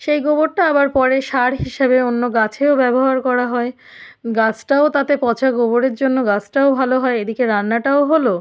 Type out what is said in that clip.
সেই গোবরটা আবার পরে সার হিসাবে অন্য গাছেও ব্যবহার করা হয় গাছটাও তাতে পচা গোবরের জন্য গাসটাও ভালো হয় এদিকে রান্নাটাও হলো